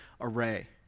array